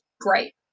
great